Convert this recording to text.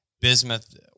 bismuth